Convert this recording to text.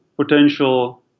potential